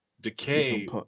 decay